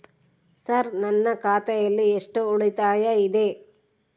Sir ನನ್ನ ಖಾತೆಯಲ್ಲಿ ಎಷ್ಟು ಉಳಿತಾಯ ಇದೆ?